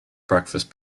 breakfast